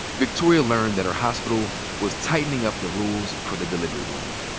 victoria learned that her hospital was tightening up the rules for the delivery room.